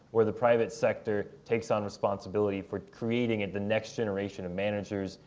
where the private sector takes on responsibility for creating and the next generation of managers,